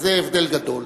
וזה הבדל גדול,